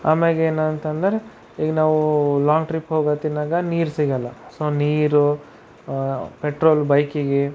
ಆಮ್ಯಾಗ ಏನಂತಂದರೆ ಈಗ ನಾವು ಲಾಂಗ್ ಟ್ರಿಪ್ ಹೋಗತ್ತಿನಾಗ ನೀರು ಸಿಗಲ್ಲ ಸೊ ನೀರು ಪೆಟ್ರೋಲ್ ಬೈಕಿಗೆ